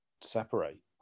separate